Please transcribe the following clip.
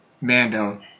Mando